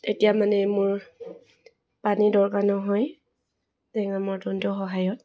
এতিয়া মানে মোৰ পানী দৰকাৰ নহয় টেঙা মৰ্টনটোৰ সহায়ত